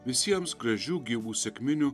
visiems gražių gyvų sekminių